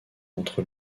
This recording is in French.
entre